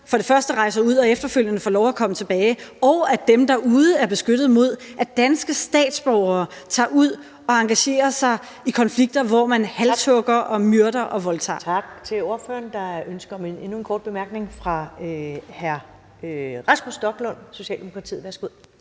for det første rejser ud og efterfølgende får lov at komme tilbage, og at dem derude er beskyttet mod, at danske statsborgere tager ud og engagerer sig i konflikter, hvor man halshugger, myrder og voldtager? Kl. 15:25 Første næstformand (Karen Ellemann): Tak til ordføreren. Der er ønske om endnu en kort bemærkning, og den er fra hr. Rasmus Stoklund, Socialdemokratiet. Værsgo.